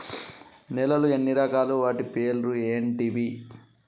నేలలు ఎన్ని రకాలు? వాటి పేర్లు ఏంటివి?